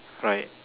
right